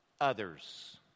Others